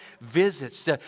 visits